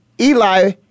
Eli